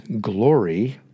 glory